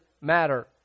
matter